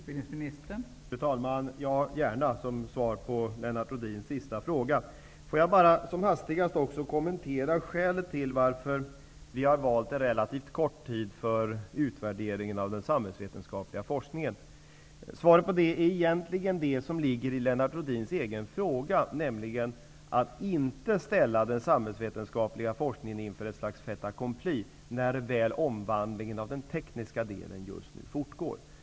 Fru talman! Mitt svar på Lennart Rohdins avslutande fråga är: Ja, gärna. Jag vill som hastigast också kommentera skälet till att vi valt en relativt kort tid för utvärderingen av den samhällsvetenskapliga forskningen. Svaret på den frågan är egentligen det som ligger i Lennart Rohdins fråga, nämligen att vi inte vill ställa den samhällsvetenskapliga forskningen inför ett slags fait accompli, när omvandlingen av den tekniska delen nu fortgår.